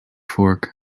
fork